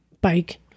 bike